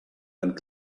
and